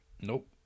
Nope